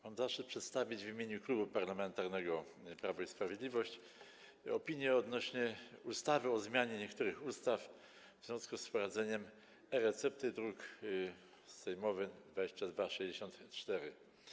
Mam zaszczyt przedstawić w imieniu Klubu Parlamentarnego Prawo i Sprawiedliwość opinię odnośnie do ustawy o zmianie niektórych ustaw w związku z wprowadzeniem recepty, druk sejmowy nr 2264.